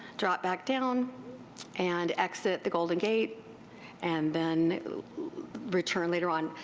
drop back down and exit the golden gate and then return later on.